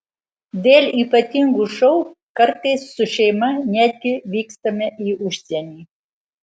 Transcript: dėl ypatingų šou kartais su šeima netgi vykstame į užsienį